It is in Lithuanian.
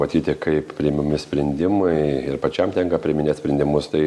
matyti kaip priimami sprendimai ir pačiam tenka priiminėt sprendimus tai